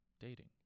dating